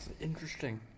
interesting